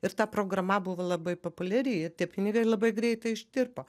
ir ta programa buvo labai populiari ir tie pinigai labai greitai ištirpo